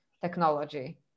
technology